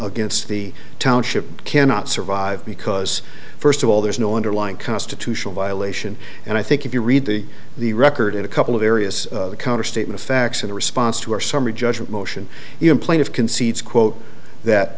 against the township cannot survive because first of all there's no underlying constitutional violation and i think if you read the the record in a couple of areas the counter statement facts in response to our summary judgment motion in place of concedes quote that